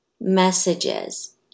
messages